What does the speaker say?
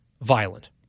violent